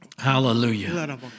Hallelujah